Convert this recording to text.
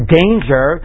danger